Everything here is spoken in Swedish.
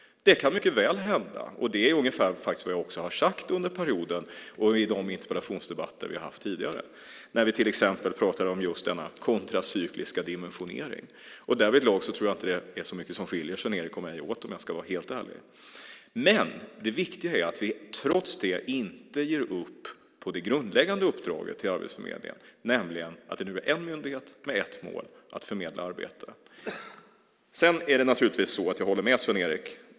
Det kan mycket väl hända. Det är faktiskt också ungefär vad jag har sagt under perioden och i de interpellationsdebatter som vi har haft tidigare när vi till exempel har pratat om just denna kontracykliska dimensionering. Därvidlag tror jag inte att det är så mycket som skiljer Sven-Erik och mig åt, om jag ska vara helt ärlig. Men det viktiga är att vi trots det inte ger upp när det gäller det grundläggande uppdraget till Arbetsförmedlingen, nämligen att det nu är en myndighet med ett mål, att förmedla arbeten. Sedan håller jag naturligtvis med Sven-Erik.